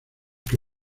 que